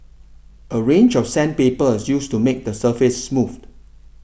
a range of sandpaper is used to make the surface smooth